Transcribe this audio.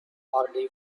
already